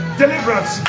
deliverance